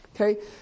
Okay